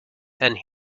and